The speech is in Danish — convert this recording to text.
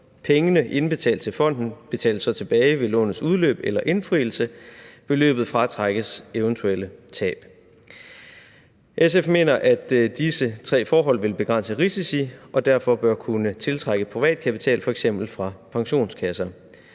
pengene indbetalt til fonden betales så tilbage ved lånets udløb eller indfrielse. Beløbet fratrækkes eventuelle tab. SF mener, at disse tre forhold vil begrænse risici og derfor bør kunne tiltrække privat kapital f.eks. fra pensionskasser.